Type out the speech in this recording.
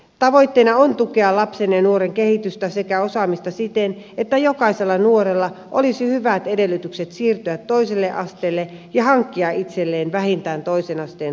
tavoitteena on tukea lapsen ja nuoren kehitystä sekä osaamista siten että jokaisella nuorella olisi hyvät edellytykset siirtyä toiselle asteelle ja hankkia itselleen vähintään toisen asteen tutkinto